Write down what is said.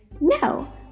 No